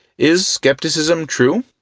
is skepticism true?